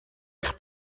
eich